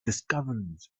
discoveries